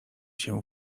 się